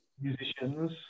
musicians